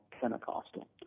Pentecostal